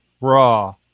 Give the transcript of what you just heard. raw